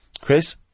Chris